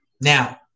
Now –